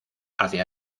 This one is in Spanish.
hacia